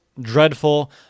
dreadful